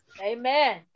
Amen